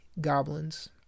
goblins